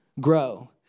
grow